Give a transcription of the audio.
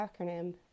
acronym